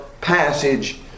passage